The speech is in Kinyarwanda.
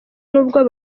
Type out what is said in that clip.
n’ubwo